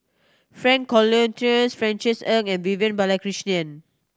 Frank Cloutier Francis Ng and Vivian Balakrishnan